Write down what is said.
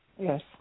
Yes